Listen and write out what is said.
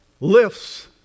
lifts